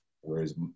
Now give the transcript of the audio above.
Whereas